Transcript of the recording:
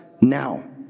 now